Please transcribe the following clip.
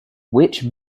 which